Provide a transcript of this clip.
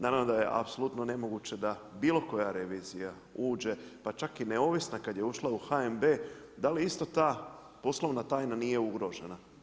Naravno da je apsolutno nemoguće da bilo koja revizija uđe pa čak i neovisna kad je ušla u HNB da li isto ta poslovna tajna nije ugrožena.